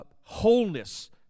wholeness